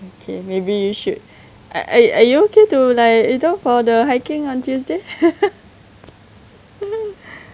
okay maybe you should ar~ are you okay to like go for the hiking on tuesday